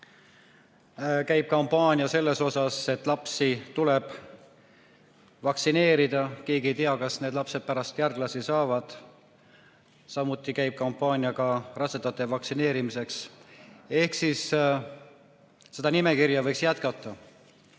Käib kampaania, et lapsi tuleb vaktsineerida. Keegi ei tea, kas need lapsed pärast järglasi saavad. Samuti käib kampaania rasedate vaktsineerimiseks. Seda nimekirja võiks jätkata.